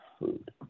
food